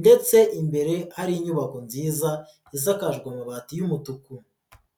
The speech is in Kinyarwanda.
ndetse imbere hari inyubako nziza isakaje amabati y'umutuku.